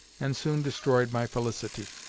and soon destroyed my felicity.